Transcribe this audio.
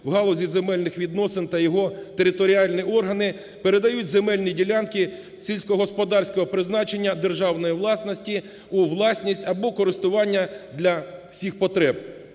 в галузі земельних відносин та його територіальні органи передають земельні ділянки сільськогосподарського призначення державної власності у власність або користування для всіх потреб.